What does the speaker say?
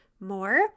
more